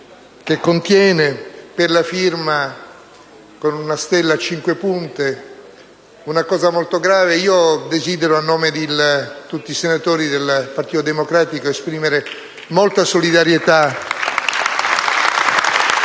che contiene e per la firma, con una stella a cinque punte. È una cosa molto grave. Desidero, a nome di tutti i senatori del Partito Democratico, esprimere grande solidarietà